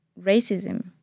racism